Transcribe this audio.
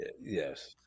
Yes